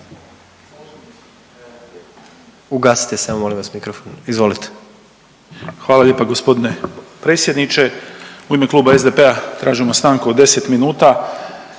Ugasite samo molim vas mikrofon. Izvolite. **Lalovac, Boris (SDP)** Hvala lijepa gospodine predsjedniče. U ime Kluba SDP-a tražimo stanku od 10 minuta